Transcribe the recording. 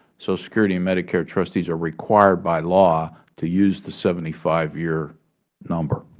so security and medicare trustees, are required by law to use the seventy five year number.